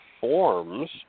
forms